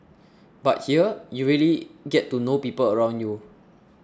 but here you really get to know people around you